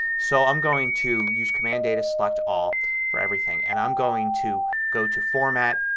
so i'm going to use command a to select all for everything and i'm going to go to format,